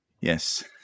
yes